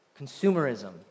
consumerism